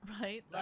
Right